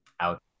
out